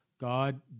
God